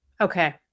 Okay